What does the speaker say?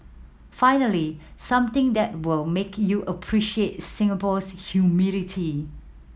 finally something that will make you appreciate Singapore's humidity